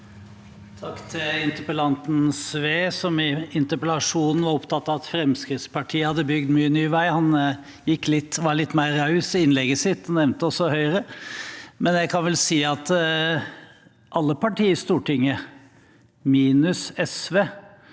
Takk til interpel- lanten Sve, som i interpellasjonen var opptatt av at Fremskrittspartiet hadde bygd mye ny vei. Han var litt mer raus i innlegget sitt og nevnte også Høyre, men jeg kan vel si at alle partier i Stortinget – minus SV